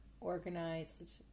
organized